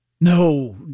No